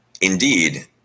Indeed